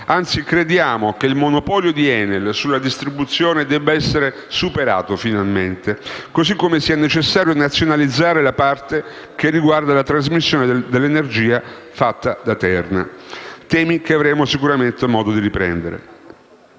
Anzi, crediamo che il monopolio di ENEL sulla distribuzione debba essere finalmente superato, così come sia necessario nazionalizzare la parte che riguarda la trasmissione dell'energia fatta da Terna. Sono temi che avremo sicuramente modo di riprendere.